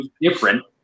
different